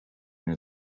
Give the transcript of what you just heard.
near